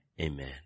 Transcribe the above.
Amen